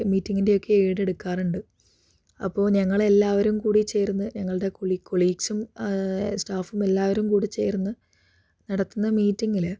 മീറ്റിങ്ങിൻ്റെയൊക്കെ aid എടുക്കാറുണ്ട് അപ്പോൾ ഞങ്ങളെല്ലാവരും കൂടി ചേർന്ന് ഞങ്ങളുടെ കൊളീഗ്സും സ്റ്റാഫും എല്ലാവരും കൂടി ചേർന്ന് നടത്തുന്ന മീറ്റിങ്ങിൽ